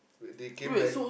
when they came back